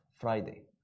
Friday